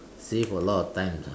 save a lot of times ah